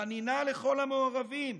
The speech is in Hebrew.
חנינה לכל המעורבים,